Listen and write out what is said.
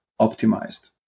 optimized